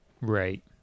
Right